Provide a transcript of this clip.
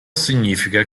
significa